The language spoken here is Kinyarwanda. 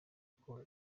kuko